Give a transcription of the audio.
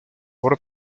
por